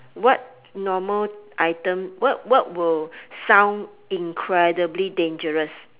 what normal item what what will sound incredibly dangerous